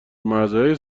مرزهای